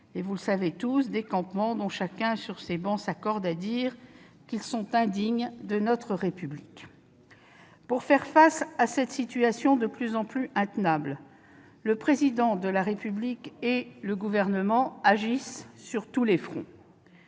le coeur de nos villes des campements dont chacun sur ces travées s'accorde à dire qu'ils sont indignes de notre République. Pour faire face à cette situation de plus en plus intenable, le Président de la République et le Gouvernement interviennent sur tous les fronts.